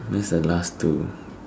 where's the last two